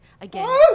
again